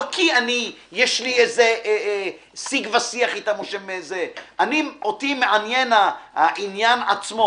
לא כי יש לי איזה שיג ושיח אתם; אותי מעניין העניין עצמו.